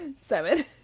Seven